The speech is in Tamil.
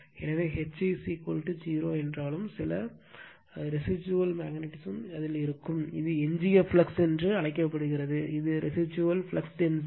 எனவே H 0 என்றாலும் சில ரேசிடுவல் மேக்னடிஸம் இருக்கும் இது எஞ்சிய ஃப்ளக்ஸ் என்று அழைக்கப்படுகிறது இது ரேசிடுவல் ஃப்ளக்ஸ் டென்சிட்டி